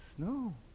No